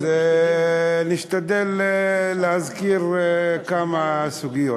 נשתדל להזכיר כמה סוגיות.